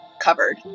covered